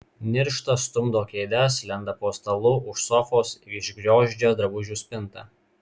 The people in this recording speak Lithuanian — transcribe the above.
niršta stumdo kėdes lenda po stalu už sofos išgriozdžia drabužių spintą